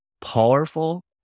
powerful